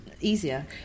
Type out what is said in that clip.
easier